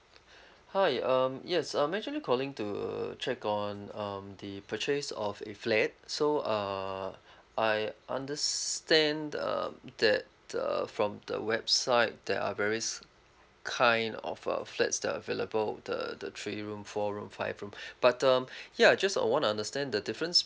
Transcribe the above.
hi um yes I'm actually calling to check on um the purchase of a flat so uh I understand um that uh from the website there are various kind of a flats that available the the three room four room five room but um ya just I want to understand the difference